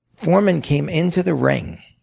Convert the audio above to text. foreman came into the ring